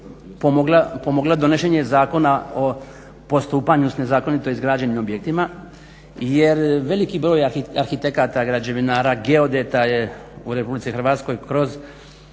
pomoglo donošenje Zakona o postupanju s nezakonito izgrađenim objektima jer veliki broj arhitekata, građevinara, geodeta je u RH kroz